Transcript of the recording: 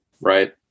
Right